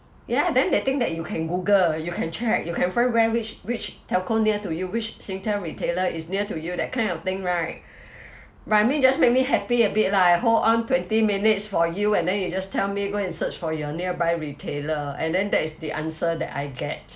ya then they think that you can google you can check you can find where which which telco near to you which singtel retailer is near to you that kind of thing right but I mean just make me happy a bit lah I hold on twenty minutes for you and then you just tell me go and search for your nearby retailer and then that is the answer that I get